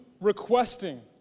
requesting